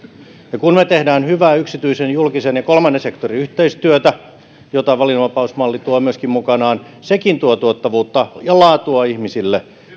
ja kun me teemme hyvää yksityisen julkisen ja kolmannen sektorin yhteistyötä jota valinnanvapausmalli tuo myöskin mukanaan sekin tuo tuottavuutta ja laatua ihmisille